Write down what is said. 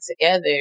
together